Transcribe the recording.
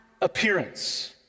appearance